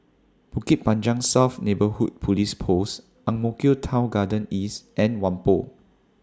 Bukit Panjang South Neighbourhood Police Post Ang Mo Kio Town Garden East and Whampoa